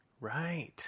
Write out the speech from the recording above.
Right